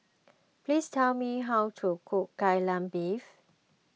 please tell me how to cook Kai Lan Beef